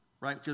Right